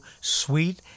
Sweet